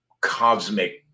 cosmic